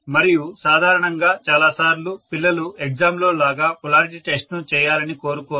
మరియు సాధారణంగా చాలాసార్లు పిల్లలు ఎగ్జామ్ లో లాగా పొలారిటీ టెస్ట్ ను చేయాలని కోరుకోరు